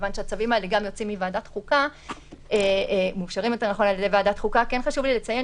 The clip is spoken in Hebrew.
מכיוון שהצווים האלה מאושרים בידי ועדת חוקה חשוב לי לציין